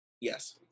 Yes